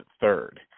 third